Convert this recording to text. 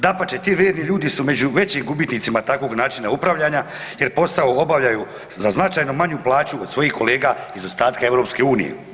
Dapače, ti vrijedni ljudi su među većim gubitnicima takvog načina upravljanja jer posao obavljao za značajno manju plaću od svojih kolega iz ostatka EU.